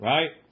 Right